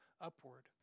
upward